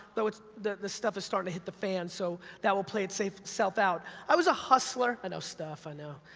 though the the stuff is starting to hit the fan, so, that will play itself itself out. i was a hustler, i know stuff, i know,